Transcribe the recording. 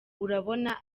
urabona